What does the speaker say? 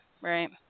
right